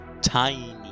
tiny